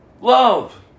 Love